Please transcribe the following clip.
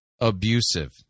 abusive